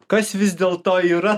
kas vis dėl to yra